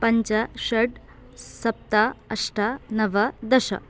पञ्च षट् सप्त अष्ट नव दश